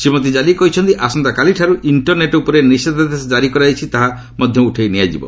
ଶ୍ରୀମତୀ ଜାଲି କହିଛନ୍ତି ଆସନ୍ତାକାଲିଠାରୁ ଇଣ୍ଟରନେଟ୍ ଉପରେ ନିଷେଦ୍ଧାଦେଶ ଜାରି କରାଯାଇଛି ତାହା ମଧ୍ୟ ଉଠାଇ ନିଆଯିବ